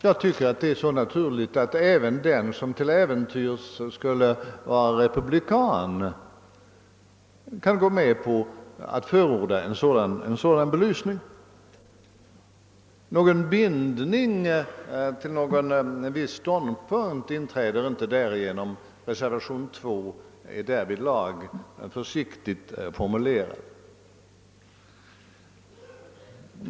Jag tycker att detta är så naturligt att även den som till äventyrs skulle vara republikan skulle kunna gå med på att förorda detta. Någon bindning till någon viss ståndpunkt inträder inte därigenom, eftersom reservation 2 därvidlag är försiktigt formulerad.